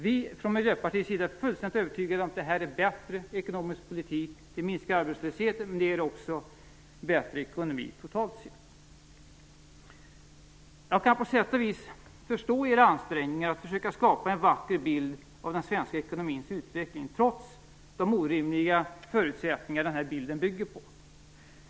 Vi i Miljöpartiet är fullständigt övertygade om att det är en bättre ekonomisk politik. Det minskar arbetslösheten, men ger också en bättre ekonomi totalt sett. Jag kan på sätt och vis förstå era ansträngningar att försöka skapa en vacker bild av den svenska ekonomins utveckling, trots de orimliga förutsättningar den här bilden bygger på.